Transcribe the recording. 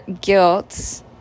guilt